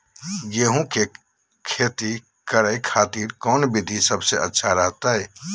गेहूं के खेती करे खातिर कौन विधि सबसे अच्छा रहतय?